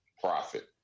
profit